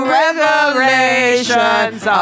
revelations